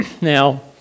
Now